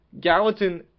Gallatin